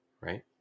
Right